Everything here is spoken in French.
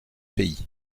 pays